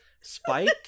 spike